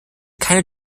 keine